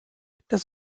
das